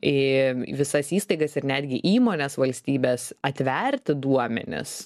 į visas įstaigas ir netgi įmones valstybės atverti duomenis